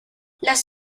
las